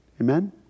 Amen